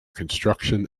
construction